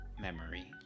memory